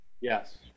yes